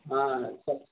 సరే